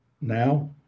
now